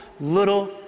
little